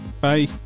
bye